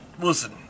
Listen